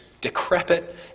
decrepit